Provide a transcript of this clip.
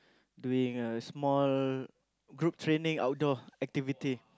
doing a small group training outdoor activity